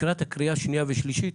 לקראת קריאה שנייה ושלישית